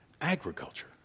Agriculture